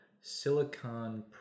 Silicon